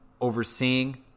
overseeing